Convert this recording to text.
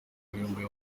bibumbiye